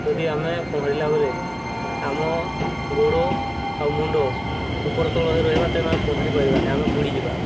ଯଦି ଆମେ ପହଁରିଲା ବେଳେ ଆମ ଗୋଡ଼ ଆଉ ମୁଣ୍ଡ ଉପର ତଳରେ ରହିବା ତେବେ ଆମେ ପହଁରି ପାରିବାନି ଆମେ ବୁଡ଼ିଯିବା